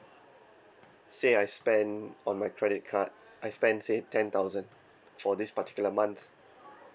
say I spend on my credit card I spend say ten thousand for this particular month